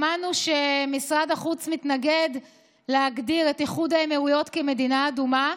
שמענו שמשרד החוץ מתנגד להגדיר את איחוד האמירויות כמדינה אדומה.